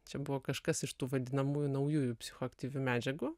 čia buvo kažkas iš tų vadinamųjų naujųjų psichoaktyvių medžiagų